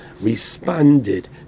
responded